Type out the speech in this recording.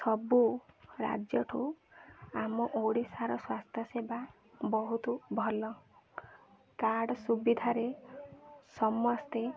ସବୁ ରାଜ୍ୟଠୁ ଆମ ଓଡ଼ିଶାର ସ୍ୱାସ୍ଥ୍ୟ ସେବା ବହୁତ ଭଲ କାର୍ଡ଼ ସୁବିଧାରେ ସମସ୍ତେ